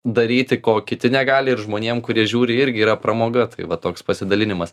daryti ko kiti negali ir žmonėm kurie žiūri irgi yra pramoga tai va toks pasidalinimas